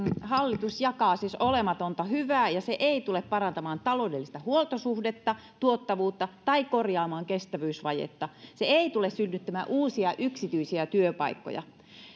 hallitus jakaa siis olematonta hyvää se ei tule parantamaan taloudellista huoltosuhdetta tuottavuutta tai korjaamaan kestävyysvajetta se ei tule synnyttämään uusia yksityisiä työpaikkoja